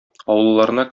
авылларына